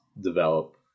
develop